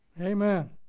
Amen